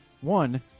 One